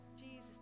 Jesus